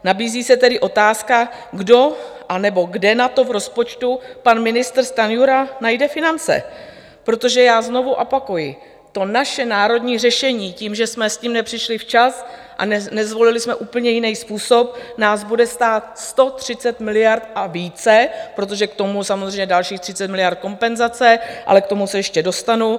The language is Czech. Nabízí se tedy otázka, kdo anebo kde na to v rozpočtu pan ministr Stanjura najde finance, protože já znovu opakuji, to naše národní řešení tím, že jsme s tím nepřišli včas a nezvolili jsme úplně jiný způsob, nás bude stát 130 miliard a více, protože k tomu samozřejmě dalších 30 miliard kompenzace, ale k tomu se ještě dostanu.